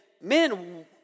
Men